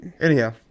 Anyhow